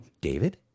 David